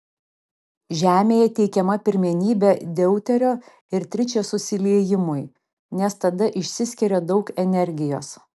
žemėje teikiama pirmenybė deuterio ir tričio susiliejimui nes tada išsiskiria daug energijos